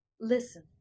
Listen